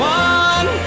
one